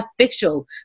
official